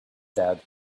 that